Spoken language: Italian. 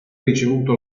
ricevuto